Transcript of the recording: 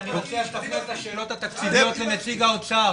אני מציע שתפנה את השאלות התקציביות לנציג האוצר.